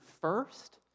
first